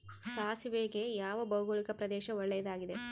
ಸಾಸಿವೆಗೆ ಯಾವ ಭೌಗೋಳಿಕ ಪ್ರದೇಶ ಒಳ್ಳೆಯದಾಗಿದೆ?